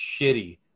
shitty